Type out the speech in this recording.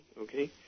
okay